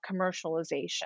commercialization